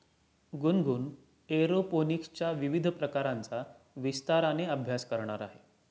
गुनगुन एरोपोनिक्सच्या विविध प्रकारांचा विस्ताराने अभ्यास करणार आहे